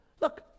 Look